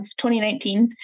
2019